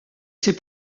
ses